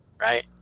right